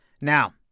now